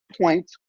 point